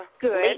good